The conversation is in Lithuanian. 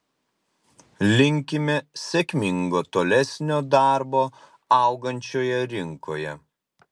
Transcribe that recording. linkime sėkmingo tolesnio darbo augančioje rinkoje